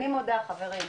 אני מודה חברים,